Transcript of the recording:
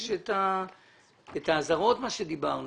יש את האזהרות עליהן דיברנו.